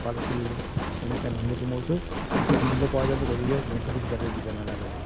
তেনেকৈ নহয় সেইটো মই কৈছোঁ উচিত মূল্য পোৱা যাব গৰীৱৰ মধ্যভোগীৰ তাতে দিব নালাগে